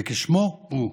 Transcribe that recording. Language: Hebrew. וכשמה כן הוא.